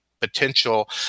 potential